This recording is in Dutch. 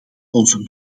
onze